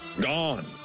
Gone